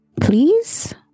Please